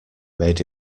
made